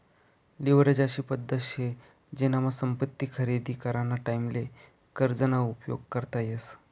leverage अशी पद्धत शे जेनामा संपत्ती खरेदी कराना टाईमले कर्ज ना उपयोग करता येस